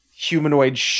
humanoid